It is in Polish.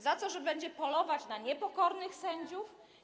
Za to, że będzie polować na niepokornych sędziów?